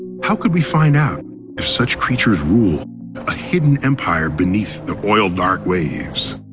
how could we find out if such creatures rule a hidden empire beneath the oil dark waves?